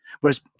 Whereas